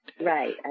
Right